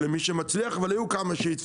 נובל, למי שמצליח, אבל היו כמה שהצליחו.